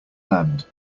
land